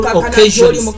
occasions